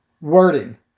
wording